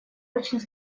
очень